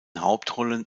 hauptrollen